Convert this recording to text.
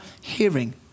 hearing